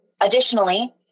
additionally